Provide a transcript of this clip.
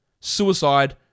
suicide